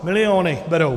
Miliony berou.